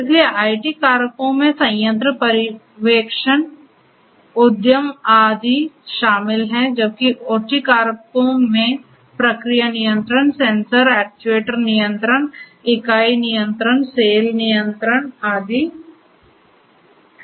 इसलिए आईटी कारकों में संयंत्र पर्यवेक्षण उद्यम आदि शामिल हैं जबकि ओटी कारकों में प्रक्रिया नियंत्रण सेंसर एक्चुएटर नियंत्रण इकाई नियंत्रण सेल नियंत्रण आदि शामिल हैं